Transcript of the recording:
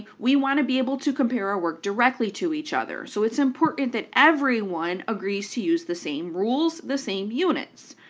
we want to be able to compare our work directly to each other, so it's important that everyone agrees to use the same rules, the same units.